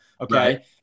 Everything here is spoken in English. Okay